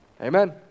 Amen